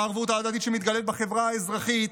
הערבות ההדדית שמתגלית בחברה האזרחית,